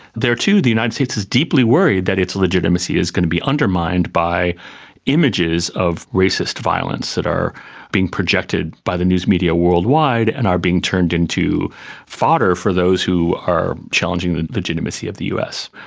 there too the united states is deeply worried that its legitimacy is going to be undermined by images of racist violence that are being projected by the news media worldwide and are being turned into fodder for those who are challenging the legitimacy of the us.